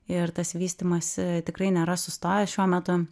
ir tas vystymąs tikrai nėra sustojęs šiuo metu